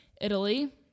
Italy